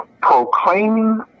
proclaiming